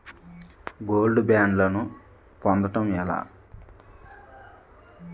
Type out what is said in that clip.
Gold బ్యాండ్లను పొందటం ఎలా?